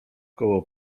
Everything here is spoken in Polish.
koło